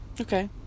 Okay